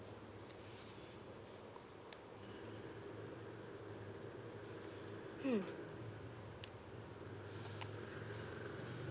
mm